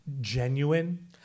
genuine